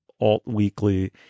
alt-weekly